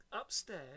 upstairs